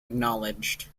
acknowledged